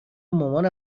مامان